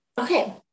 okay